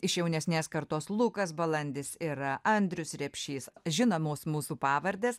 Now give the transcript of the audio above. iš jaunesnės kartos lukas balandis ir andrius repšys žinomos mūsų pavardės